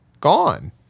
gone